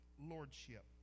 lordship